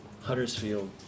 Huddersfield